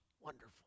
Wonderful